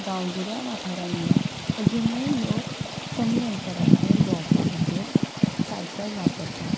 गांवगिऱ्या वाठारांनी अजुनय लोक कमी अंतराचेर भोंवपा खातीर सायकल वापरतात